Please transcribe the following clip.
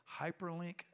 Hyperlink